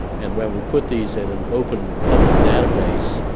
and when we put these in an open public database